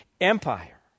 empire